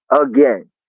Again